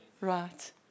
Right